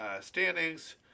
standings